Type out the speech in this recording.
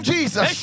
Jesus